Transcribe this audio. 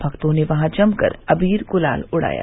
भक्तों ने वहां जमकर अबीर ग्लाल उड़ाया